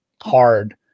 hard